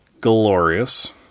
Glorious